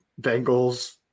Bengals